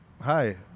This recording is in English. hi